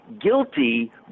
guilty